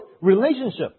relationship